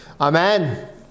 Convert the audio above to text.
Amen